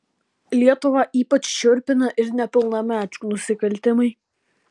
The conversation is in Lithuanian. lietuvą ypač šiurpina ir nepilnamečių nusikaltimai